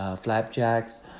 flapjacks